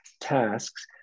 tasks